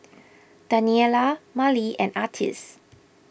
Daniela Marley and Artis